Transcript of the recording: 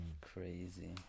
crazy